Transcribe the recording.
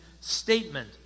statement